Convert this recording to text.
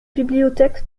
bibliothèque